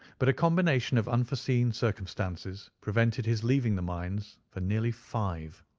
but a combination of unforeseen circumstances prevented his leaving the mines for nearly five.